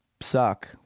suck